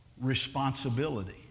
responsibility